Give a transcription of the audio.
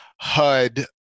HUD